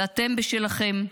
ואתם בשלכם.